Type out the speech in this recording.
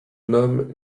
nomment